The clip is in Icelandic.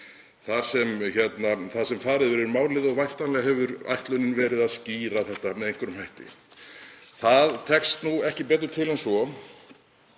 Þar er farið yfir málið og væntanlega hefur ætlunin verið að skýra það með einhverjum hætti. Það tekst ekki betur til en svo